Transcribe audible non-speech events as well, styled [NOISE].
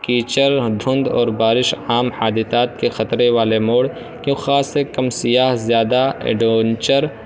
کیچڑ دھند اور بارش عام حادثات کے خطرے والے موڑ کی خاص سے کم [UNINTELLIGIBLE] زیادہ ایڈونچر